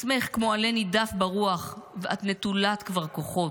כמו עלה נידף ברוח, ואת כבר נטולת כוחות.